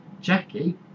Jackie